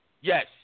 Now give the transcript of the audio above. Yes